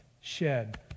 shed